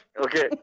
Okay